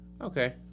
Okay